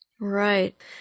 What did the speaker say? Right